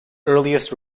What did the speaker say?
earliest